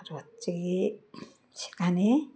আর হচ্ছে গিয়ে সেখানে